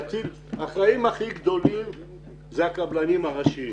האחראים הכי גדולים זה הקבלנים הראשיים.